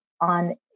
on